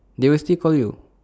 they will still call you